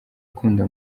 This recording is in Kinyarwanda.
akunda